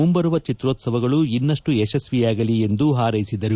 ಮುಂಬರುವ ಚಿತ್ರೋತ್ಸವಗಳು ಇನ್ನಷ್ಟು ಯಶಸ್ವಿಯಾಗಲಿ ಎಂದು ಪಾರೈಸಿದರು